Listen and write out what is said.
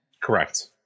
Correct